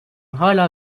hala